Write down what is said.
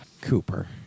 Cooper